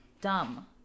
dumb